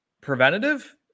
Preventative